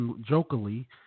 jokingly